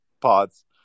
pods